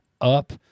up